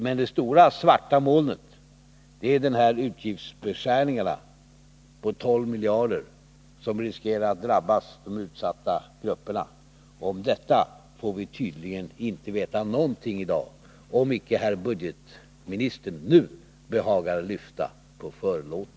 Men det stora svarta molnet är utgiftsbeskärningarna på 12 miljarder, som riskerar att drabba de utsatta grupperna. Om detta får vi tydligen inte veta någonting i dag, om inte herr budgetministern nu behagar lyfta på förlåten.